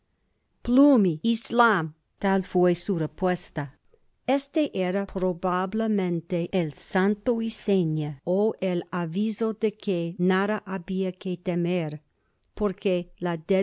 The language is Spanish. tal fué su respuesta este era probablemente el santo y seña ó el aviso de que nada habia que temer porque ja